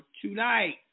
tonight